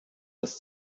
das